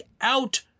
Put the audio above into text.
out